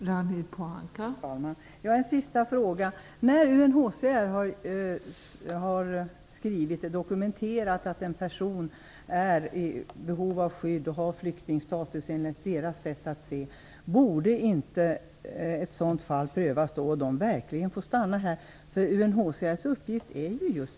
Fru talman! En sista fråga. När UNHCR har dokumenterat att en person är i behov av skydd och flyktingstatus enligt UNHCR:s sätt att se, borde inte ett sådant fall prövas? Det är just UNHCR:s uppgift.